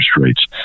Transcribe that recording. rates